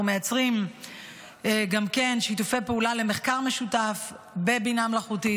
אנחנו מייצרים גם כן שיתופי פעולה למחקר משותף בבינה מלאכותית,